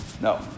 No